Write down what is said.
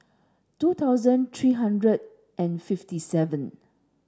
two thousand three hundred and fifty seven